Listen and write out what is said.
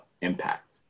impact